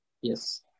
Yes